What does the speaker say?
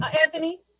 Anthony